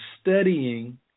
studying